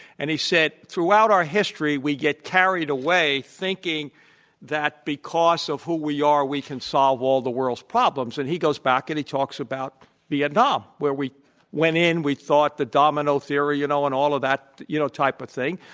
and he said throughout our history, we get carried away thinking that because of who we are we can solve all the world's problems. and he goes back, and he talks about vietnam where we went in, we thought the domino theory you know and all of that you know type of thing,